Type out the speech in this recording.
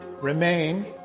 remain